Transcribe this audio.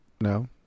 No